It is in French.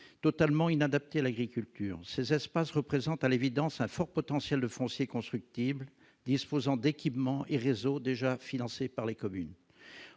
totalement inadapté à l'agriculture, ces espaces représente à l'évidence à fort potentiel de foncier constructible disposant d'équipements et réseaux déjà financées par les communes,